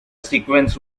sequence